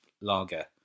lager